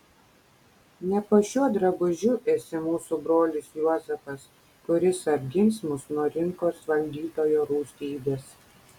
ne po šiuo drabužiu esi mūsų brolis juozapas kuris apgins mus nuo rinkos valdytojo rūstybės